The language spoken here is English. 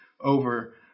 over